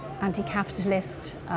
anti-capitalist